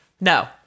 No